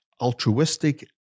altruistic